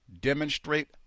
demonstrate